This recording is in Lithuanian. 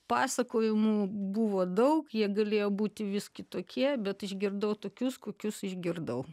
pasakojimų buvo daug jie galėjo būti vis kitokie bet išgirdau tokius kokius išgirdau